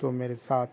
تو میرے ساتھ